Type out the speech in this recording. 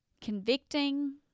Convicting